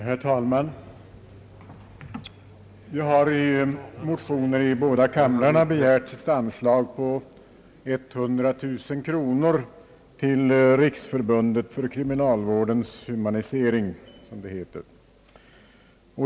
Herr talman! I motioner i båda kamrarna har från folkpartiets och centerpartiets sida begärts ett anslag på 100 000 kronor till Riksförbundet för kriminalvårdens humanisering.